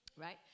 right